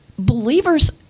Believers